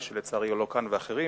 כאן, ואחרים,